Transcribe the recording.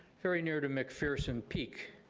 very near to mcpherson peak.